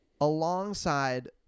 alongside